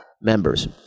members